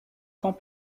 quand